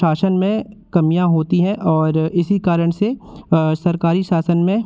शासन में कमियाँ होती हैं और इसी कारण से सरकारी शासन में